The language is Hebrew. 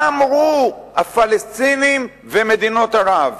מה אמרו הפלסטינים ומדינות ערב?